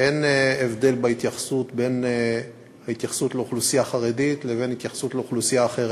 אין הבדל בין התייחסות לאוכלוסייה חרדית להתייחסות לאוכלוסייה אחרת.